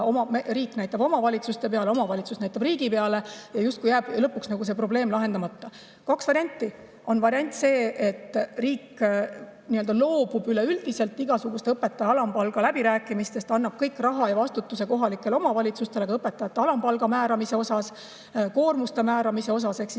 Riik näitab omavalitsuste peale, omavalitsus näitab riigi peale ja lõpuks jääb see probleem lahendamata. On kaks varianti. On see, et riik loobub üleüldiselt igasugustest õpetaja alampalga läbirääkimistest, annab kogu raha ja vastutuse kohalikele omavalitsustele, ka õpetajate alampalga määramisel, koormuste määramisel. Ehk siis